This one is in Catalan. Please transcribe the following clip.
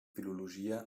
filologia